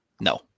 No